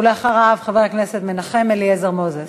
אחריו, חבר הכנסת מנחם אליעזר מוזס.